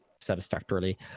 satisfactorily